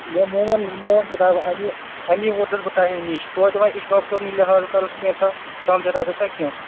ہے مےٚ مون امے ووتُس بہٕ تۄہے نِش توتہِ وۄنۍ اِشفاق صوبٕنہِ لحاظ کرُس کینٛژھا کم زِیادٕ گژھہِ سا کیٚنٛہہ